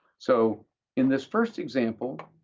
so in this first example,